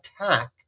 attack